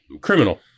criminal